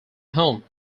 home